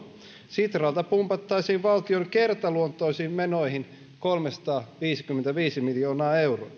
sitralta pumpattaisiin valtion kertaluontoisiin menoihin kolmesataaviisikymmentäviisi miljoonaa euroa